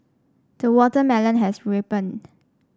the watermelon has ripened